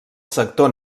sector